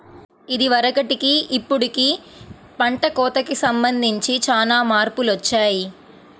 ఇదివరకటికి ఇప్పుడుకి పంట కోతకి సంబంధించి చానా మార్పులొచ్చాయ్